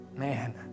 man